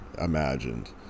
imagined